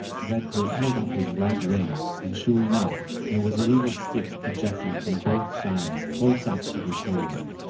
redcoat held up his right wing and sure enough there was a little stick projecting from both sides close up to the shoulder.